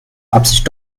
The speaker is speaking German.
absicht